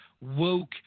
woke